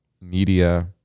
media